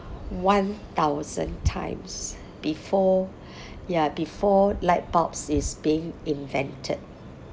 one thousand times before ya before light bulbs is being invented